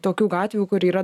tokių gatvių kur yra